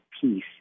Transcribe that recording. peace